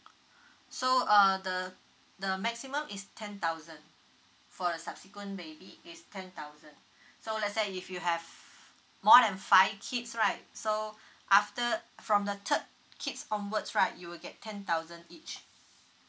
so uh the the maximum is ten thousand for the subsequent baby is ten thousand so let's say if you have more than five kids right so after from the third kids onwards right you will get ten thousand each